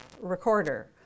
recorder